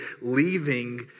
leaving